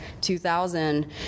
2000